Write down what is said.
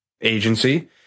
agency